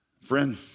Friend